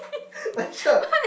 Alicia